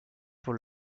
pour